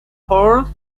fourth